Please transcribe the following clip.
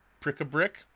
prick-a-brick